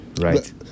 right